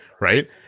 right